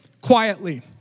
quietly